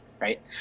right